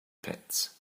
pits